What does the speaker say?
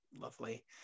lovely